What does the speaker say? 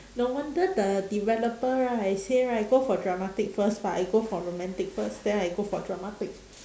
no wonder the developer right say right go for dramatic first but I go for romantic first then I go for dramatic